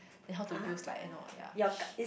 then how to use like and all ya